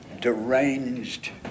deranged